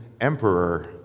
emperor